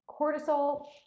Cortisol